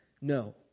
No